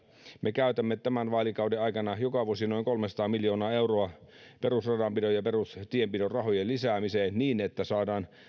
me käytämme tämän vaalikauden aikana joka vuosi noin kolmesataa miljoonaa euroa perusradanpidon ja perustienpidon rahojen lisäämiseen niin että saadaan